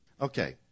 Okay